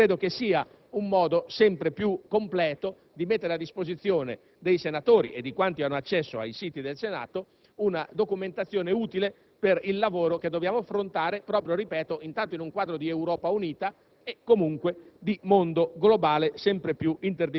degli organi di informazione non italiani sia un modo più completo per mettere a disposizione dei senatori e di quanti hanno accesso ai siti del Senato una documentazione utile per il lavoro che si deve affrontare in un quadro di Europa unita